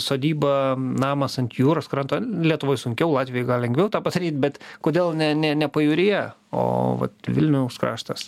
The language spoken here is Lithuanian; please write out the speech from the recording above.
sodyba namas ant jūros kranto lietuvoj sunkiau latvijoj lengviau tą padaryt bet kodėl ne ne ne pajūryje o vat vilniaus kraštas